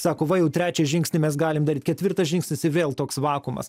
sako va jau trečią žingsnį mes galim daryt ketvirtas žingsnis į vėl toks vakuumas